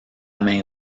main